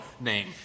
name